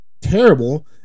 terrible